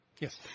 Yes